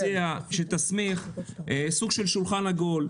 אני מציע שתסמיך סוג של שולחן עגול,